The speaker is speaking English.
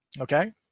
okay